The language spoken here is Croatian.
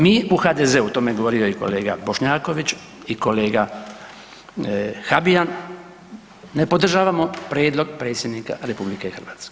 Mi u HDZ-u, o tome je govorio i kolega Bošnjaković i kolega Habijan, ne podržavamo prijedlog Predsjednika RH.